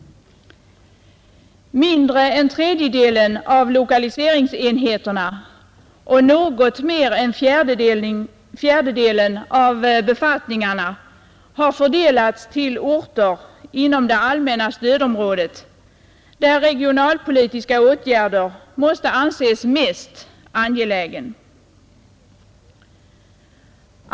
Mindre än tredjedelen av lokaliseringsenheterna och något mer än fjärdedelen av befattningarna har fördelats till orter inom det allmänna stödområdet, där regionalpolitiska åtgärder måste anses mest angelägna.